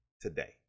today